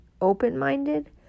open-minded